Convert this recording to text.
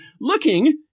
Looking